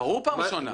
שהפרסום מחלחל,